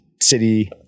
city